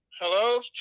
Hello